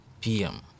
pm